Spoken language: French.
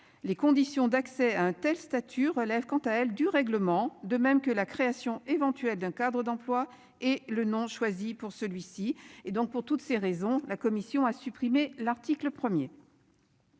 les conditions d'accès à un tel statut relève quant à elle du règlement de même que la création éventuelle d'un cadre d'emploi et le nom choisi pour celui-ci et donc pour toutes ces raisons, la commission a supprimé l'article 1er.